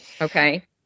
okay